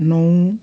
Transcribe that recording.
नौ